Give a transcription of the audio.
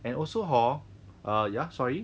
and also hor err ya sorry